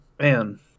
man